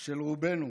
של רובנו